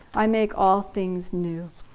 i make all things new!